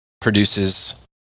produces